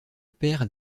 père